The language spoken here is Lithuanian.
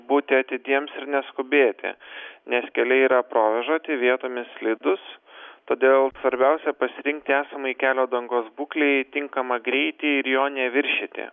būti atidiems ir neskubėti nes keliai yra provėžoti vietomis slidūs todėl svarbiausia pasirinkti esamai kelio dangos būklei tinkamą greitį ir jo neviršyti